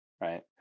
right